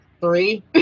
Three